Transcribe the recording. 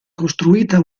costruita